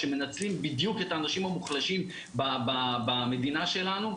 שמנצלים בדיוק את האנשים המוחלשים במדינה שלנו.